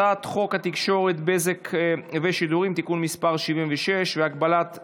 אני קובע כי המלצת הוועדה המשותפת של ועדת החוץ והביטחון וועדת החוקה,